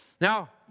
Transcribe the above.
now